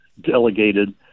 delegated